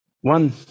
one